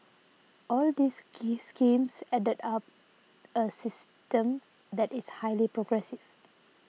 all these skis schemes add up a system that is highly progressive